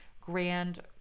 grand